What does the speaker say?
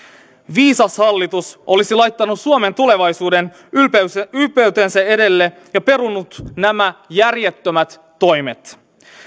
viisas hallitus olisi laittanut suomen tulevaisuuden ylpeytensä ylpeytensä edelle ja perunut nämä järjettömät toimet